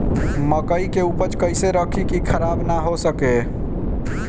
मकई के उपज कइसे रखी की खराब न हो सके?